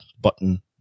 button